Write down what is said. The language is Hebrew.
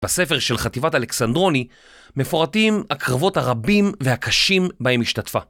בספר של חטיבת אלכסנדרוני מפורטים הקרבות הרבים והקשים בהם השתתפה.